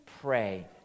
pray